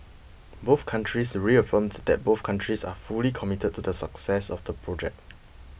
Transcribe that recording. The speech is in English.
both countries reaffirmed that both countries are fully committed to the success of the project